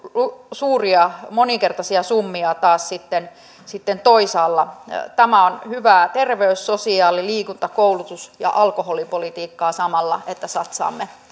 suuria moninkertaisia summia taas sitten sitten toisaalla tämä on hyvää terveys sosiaali liikunta koulutus ja alkoholipolitiikkaa samalla kun satsaamme